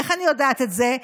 איך אני יודעת את זה?